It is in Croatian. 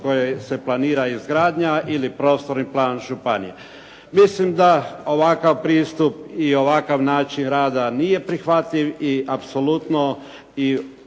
koje se planira izgradnja ili prostorni plan županije. Mislim da ovakav pristup i ovakav način rada nije prihvatljiv i apsolutno